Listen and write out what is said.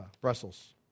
Brussels